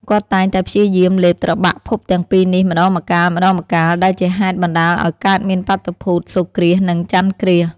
គាត់តែងតែព្យាយាមលេបត្របាក់ភពទាំងពីរនេះម្ដងម្កាលៗ ដែលជាហេតុបណ្ដាលឱ្យកើតមានបាតុភូត សូរ្យគ្រាស និងចន្ទគ្រាស ។